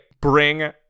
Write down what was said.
bring